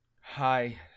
Hi